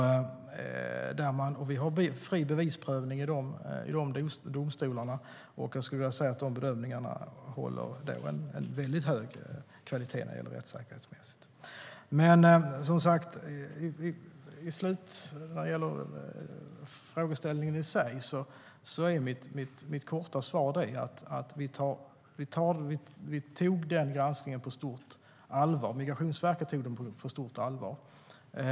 Vi har fri bevisprövning i domstolarna, och bedömningarna håller en väldigt hög kvalitet rättssäkerhetsmässigt. När det gäller frågeställningen i sig är mitt korta svar att vi och Migrationsverket har tagit granskningen på stort allvar.